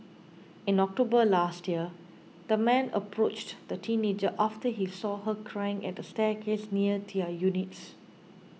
in October last year the man approached the teenager after he saw her crying at a staircase near their units